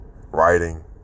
writing